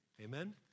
Amen